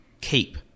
keep